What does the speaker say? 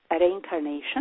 reincarnation